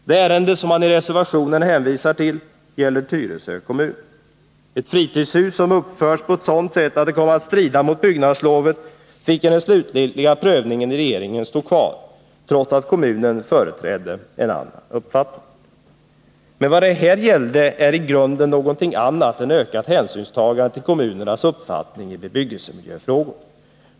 Det ärende som man hänvisar till i reservationen gäller Tyresö kommun. Ett fritidshus som uppförts på ett sådant sätt att det kom att strida mot byggnadslovet fick i den slutgiltiga prövningen i regeringen stå kvar, trots att kommunen företrädde en annan uppfattning. Men vad det här gäller är i grunden någonting annat än ökat hänsynstagande till kommunernas uppfattning i bebyggelsemiljöfrågor.